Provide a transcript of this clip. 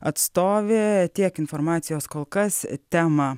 atstovė tiek informacijos kol kas temą